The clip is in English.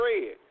red